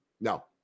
No